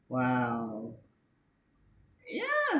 !wow! yeah